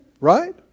right